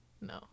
No